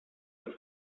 des